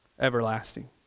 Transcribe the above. everlasting